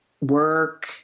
work